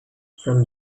from